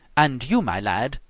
and you, my lad,